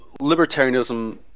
libertarianism